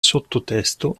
sottotesto